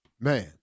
Man